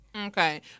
Okay